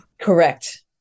Correct